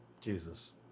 Jesus